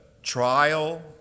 trial